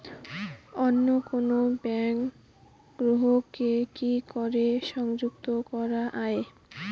অন্য কোনো ব্যাংক গ্রাহক কে কি করে সংযুক্ত করা য়ায়?